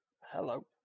hello